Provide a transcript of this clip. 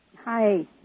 Hi